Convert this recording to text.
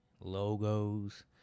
logos